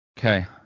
Okay